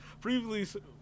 Previously